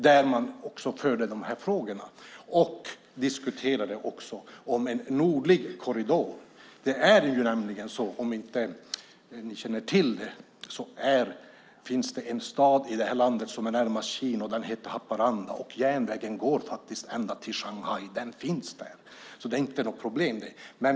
Där förde man fram dessa frågor och diskuterade en nordlig korridor. Ni kanske inte känner till det, men det finns en stad i detta land som är närmast Kina, och den heter Haparanda. Järnvägen där går faktiskt ända till Shanghai. Den finns där, så det är inte något problem.